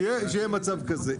שיהיה מצב כזה,